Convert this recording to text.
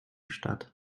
statt